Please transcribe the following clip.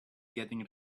getting